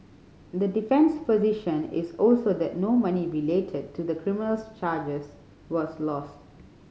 the defence position is also that no money related to the criminal charges was lost